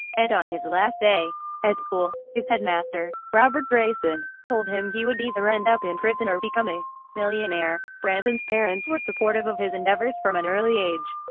on his last day at school, his headmaster, robert drayson, told him he would either end up in prison or become a millionaire. branson's parents were supportive of his endeavours from an early age.